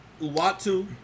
uatu